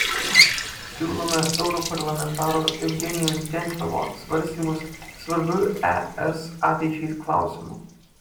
siūlome europarlamentaro eugenijaus gentvilo svarstymus svarbiu es ateičiai klausimu